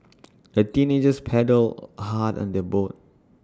the teenagers paddled hard on their boat